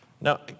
Now